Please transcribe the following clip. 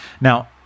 Now